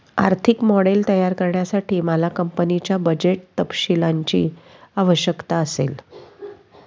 आर्थिक मॉडेल तयार करण्यासाठी मला कंपनीच्या बजेट तपशीलांची आवश्यकता असेल